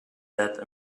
that